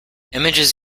images